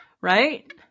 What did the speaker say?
right